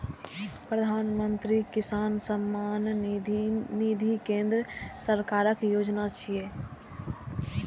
प्रधानमंत्री किसान सम्मान निधि केंद्र सरकारक योजना छियै